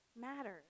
matters